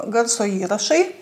garso įrašai